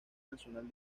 nacional